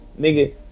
nigga